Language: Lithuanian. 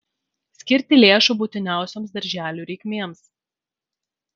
skirti lėšų būtiniausioms darželių reikmėms